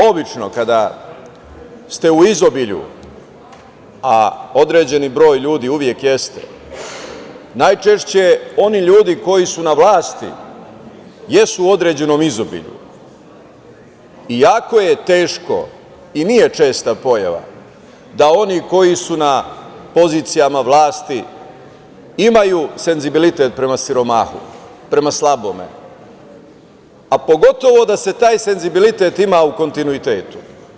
Obično kada ste u izobilju, a određeni broj ljudi uvek jeste, najčešće oni ljudi koji su na vlasti jesu u određenom izobilju, jako je teško i nije česta pojava da oni koji su na pozicijama vlasti imaju senzibilitet prema siromahu, prema slabome, a pogotovo da se taj senzibilitet ima u kontinuitetu.